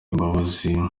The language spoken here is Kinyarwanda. imbabazi